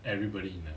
everybody